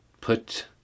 put